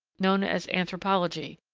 known, as anthropology,